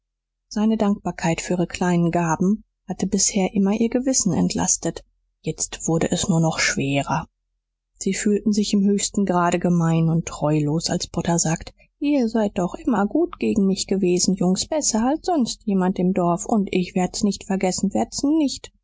seine dankbarkeit für ihre kleinen gaben hatte bisher immer ihr gewissen entlastet jetzt wurde es nur noch schwerer sie fühlten sich im höchsten grade gemein und treulos als potter sagte ihr seid doch immer gut gegen mich gewesen jungs besser als sonst jemand im dorf und ich werd's nicht vergessen werd's nicht